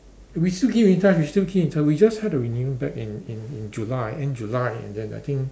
we still keep in touch we still keep in touch we just had a reunion back in in in July end July and then I think